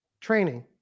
training